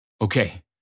Okay